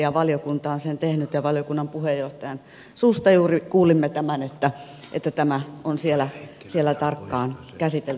ja valiokunta on sen tehnyt ja valiokunnan puheenjohtajan suusta juuri kuulimme tämän että tämä on siellä tarkkaan käsitelty